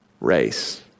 race